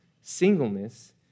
singleness